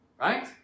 Right